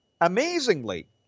amazingly